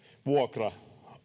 vuokra